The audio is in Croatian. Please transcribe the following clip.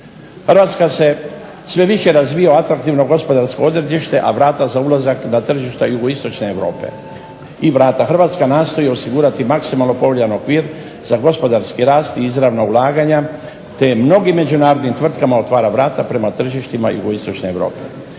Hrvatska se sve više razvija u atraktivno gospodarsko odredište a vrata za ulazak na tržišta jugoistočne Europe. Hrvatska nastoji osigurati maksimalno povoljan okvir za gospodarski rast i izravna ulaganja te mnogim međunarodnim tvrtkama otvara vrata prema tržištima jugoistočne Europe.